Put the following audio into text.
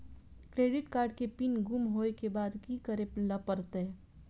Credit card के pin गुम होय के बाद की करै ल परतै?